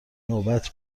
نوبت